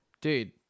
dude